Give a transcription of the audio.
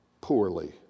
poorly